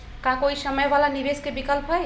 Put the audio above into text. का कोई कम समय वाला निवेस के विकल्प हई?